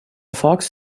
fox